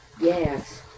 Yes